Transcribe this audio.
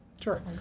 Sure